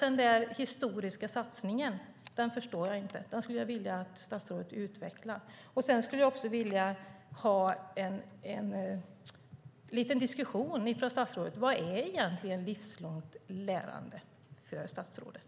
Den historiska satsningen förstår jag därför inte. Det skulle jag vilja att statsrådet utvecklade. Jag skulle också vilja ha en liten diskussion från statsrådet om vad livslångt lärande egentligen är för statsrådet.